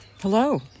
Hello